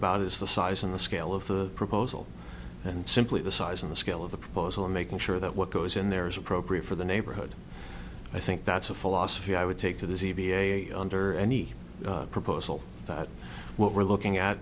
about is the size and the scale of the proposal and simply the size and the scale of the proposal and making sure that what goes in there is appropriate for the neighborhood i think that's a philosophy i would take to the z b a under any proposal that what we're looking at